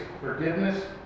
forgiveness